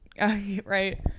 right